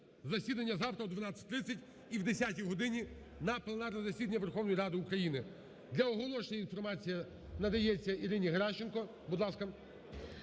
засідання завтра о 12:30 і о 10 годині на пленарне засідання Верховної Ради України. Для оголошення інформації надається Ірині Геращенко,